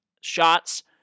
shots